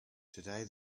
today